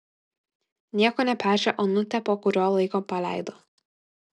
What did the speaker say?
nieko nepešę onutę po kurio laiko paleido